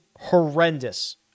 horrendous